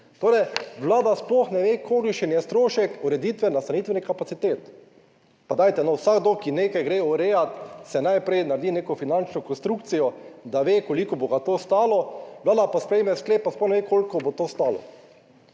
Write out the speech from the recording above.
torej Vlada sploh ne ve kolikšen je strošek ureditve nastanitvenih kapacitet. Pa dajte no. Vsakdo, ki nekaj gre urejati, se najprej naredi neko finančno konstrukcijo, da ve koliko bo to stalo, Vlada pa sprejme sklep, pa sploh